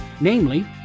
Namely